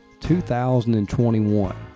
2021